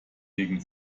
gegen